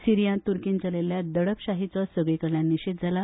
सीरियात तुर्कीन चलयल्ल्या दडपशाहीचो सगळीकडल्यान निषेध जाला